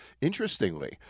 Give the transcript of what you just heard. Interestingly